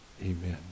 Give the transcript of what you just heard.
Amen